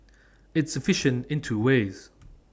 it's efficient in two ways